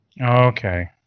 Okay